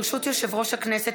ברשות יושב-ראש הכנסת,